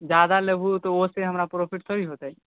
ज़्यादा लेबहू तऽ ओहिसँ हमरा प्रॉफिट थोड़े हेतै